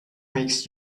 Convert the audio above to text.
makes